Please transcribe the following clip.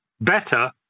better